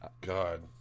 God